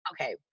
okay